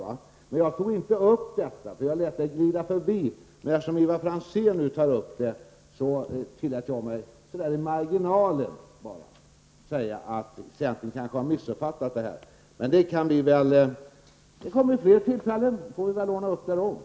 Jag tog tidigare inte upp detta utan lät det glida förbi. Men eftersom Ivar Franzén nu tar upp frågan tillät jag mig att något i marginalen säga att centern kanske har missuppfattat detta. Men det kommer fler tillfällen, och vi kanske då kan ordna upp det hela.